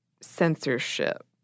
censorship